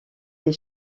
des